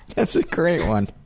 that's a great one.